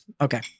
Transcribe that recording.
Okay